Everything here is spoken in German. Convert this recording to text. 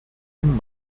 ihm